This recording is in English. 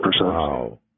Wow